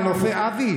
"מנופי אבי",